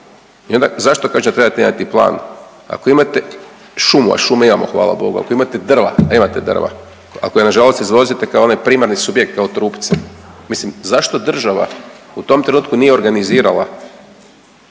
i onda kaže zašto da trebate imati plan. Ako imate šumu, a šume imamo hvala Bogu, ako imate drva, a imate drva, a koja nažalost izvozite kao onaj primarni subjekt kao trupce, mislim zašto država u tom trenutku nije organizirala